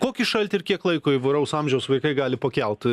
kokį šaltį ir kiek laiko įvairaus amžiaus vaikai gali pakelt